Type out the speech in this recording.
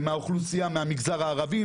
מהמגזר הערבי,